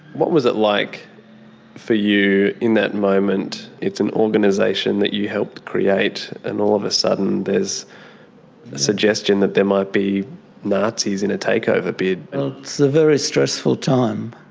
what was it like for you in that moment? it's an organisation that you helped create and all of a sudden there's a suggestion that there might be nazis in a takeover bid. it's a very stressful time,